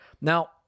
Now